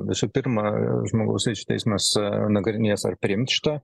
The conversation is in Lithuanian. visu pirma žmogaus teisių teismas nagrinės ar priimt šitą